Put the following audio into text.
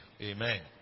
amen